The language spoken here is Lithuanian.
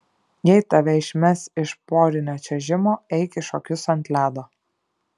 jei tave išmes iš porinio čiuožimo eik į šokius ant ledo